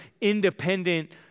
independent